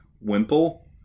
wimple